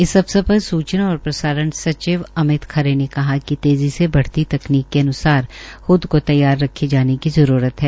इस अवसर पर सूचना और प्रसारण सचिव अमित खरे ने कहा कि तेज़ी से बढ़ती तकनीक के अन्सार ख्द को तैयार रखे जाने जाने की जरूरत है